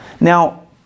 Now